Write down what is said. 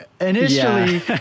initially